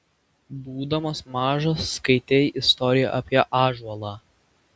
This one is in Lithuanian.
būdamas mažas skaitei istoriją apie ąžuolą